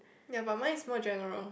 ya but mine is more general